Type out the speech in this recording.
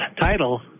title